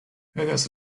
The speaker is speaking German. helgas